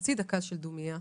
בחצי דקה של דומייה.